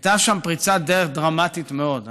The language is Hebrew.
הייתה פריצת דרך דרמטית מאוד.